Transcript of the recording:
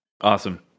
Awesome